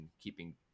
keeping